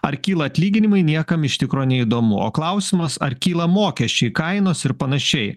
ar kyla atlyginimai niekam iš tikro neįdomu o klausimas ar kyla mokesčiai kainos ir panašiai